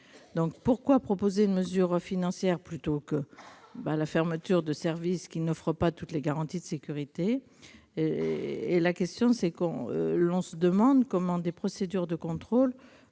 Pourquoi proposer une mesure financière plutôt que la fermeture de services qui n'offrent pas toutes les garanties de sécurité ? Par ailleurs, on se demande comment des procédures de contrôle